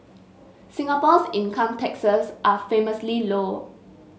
Singapore's income taxes are famously low